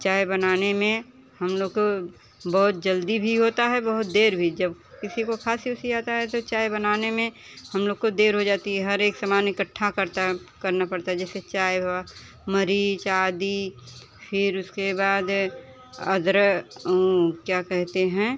चाय बनाने में हम लोग को बहुत जल्दी भी होता है बहुत देर भी जब किसी को खासी ओसी आता है तो चाय बनाने में हम लोग को देर हो जाती है हर एक सामान इकट्ठा करता है करना पड़ता है जैसे चाय भवा मरीच आदि फिर उसके बाद अदरक क्या कहते हैं